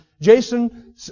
Jason